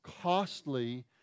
costly